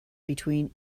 between